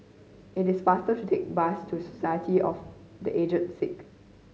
it is faster to take the bus to Society of The Aged Sick